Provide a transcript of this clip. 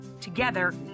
Together